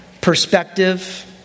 perspective